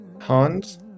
hans